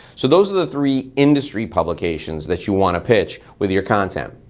so those are the three industry publications that you wanna pitch with your content.